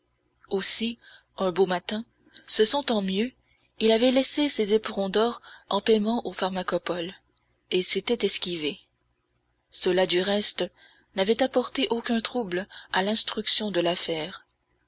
aussi un beau matin se sentant mieux il avait laissé ses éperons d'or en paiement au pharmacopole et s'était esquivé cela du reste n'avait apporté aucun trouble à l'instruction de l'affaire